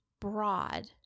broad